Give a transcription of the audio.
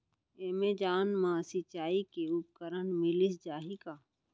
Amazon मा सिंचाई के उपकरण मिलिस जाही का?